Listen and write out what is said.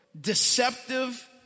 deceptive